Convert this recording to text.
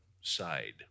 side